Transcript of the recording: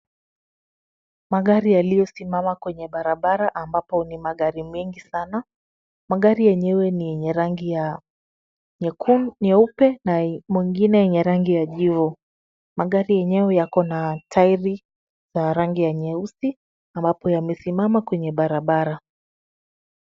Magari yaliyosimama kwenye barabara ambapo ni magari mengi sana ,magari yenyewe ni yenye rangi ya nyekudu, nyeupe na mwingine yenye rangi ya jivu .Magari yenyewe yako na tairi ya rangi ya nyeusi ,ambapo yamesimama kwenye barabara .